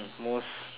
most